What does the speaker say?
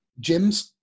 gyms